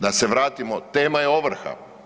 Da se vratimo, tema je ovrha.